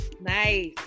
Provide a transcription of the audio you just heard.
Nice